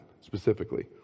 specifically